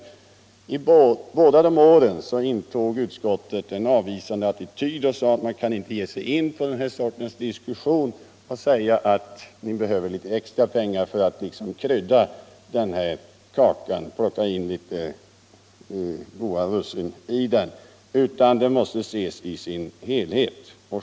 Vid båda tillfällena intog utskottet en avvisande attityd och menade att man kan inte gå in på den här sortens diskussion och säga att ni behöver litet extra pengar för att plocka in några goda russin i kakan, utan frågan måste ses i sin helhet.